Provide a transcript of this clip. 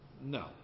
No